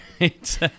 right